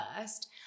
first